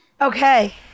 Okay